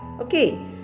Okay